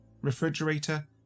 refrigerator